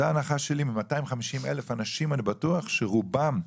זו ההנחה שלי מ-250,000 אנשים אני בטוח שרובם,